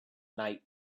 night